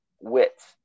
wits